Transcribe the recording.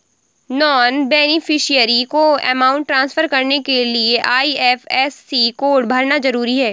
non beneficiary को amount transfer करने के लिए आई.एफ.एस.सी कोड भरना जरूरी है